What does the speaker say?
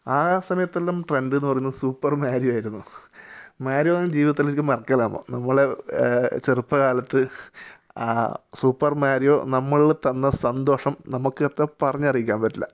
ആ സമയത്തെല്ലാം ട്രെൻഡ് എന്ന് പറയുന്നത് സൂപ്പർ മാരിയോ ആയിരുന്നു മാരിയോ ഒന്നും ജീവിതത്തിൽ ഒരിക്കലും മറക്കില്ല നമ്മ നമ്മളെ ചെറുപ്പകാലത്ത് ആ സൂപ്പർ മാരിയോ നമ്മളിൽ തന്ന സന്തോഷം നമുക്കെത്ര പറഞ്ഞറിയിക്കാൻ പറ്റില്ല